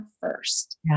first